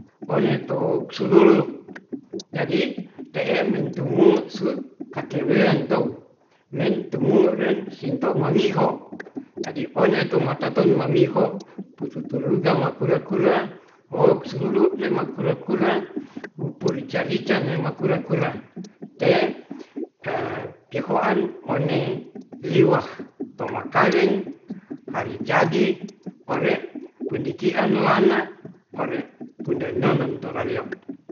One to sululu jadi te'e mentumu su kakeyen tou wen tumu ren sinto mamiho jadi one tumataton mamiho pu tuturuga ma kure-kure wo sululu ne ma kura-kura mupur rica-rica nema kura-kura t pihoan one liawakh tomakkaweng hari jadi ore pendikian lana ore pudenanen torario